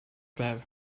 байв